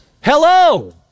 Hello